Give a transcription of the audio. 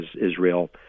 Israel